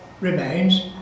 remains